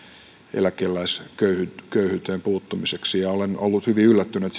eläkeläisköyhyyteen puuttumiseksi olen ollut hyvin yllättynyt